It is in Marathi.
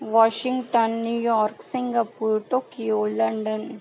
Washington New York Singapore Tokyo London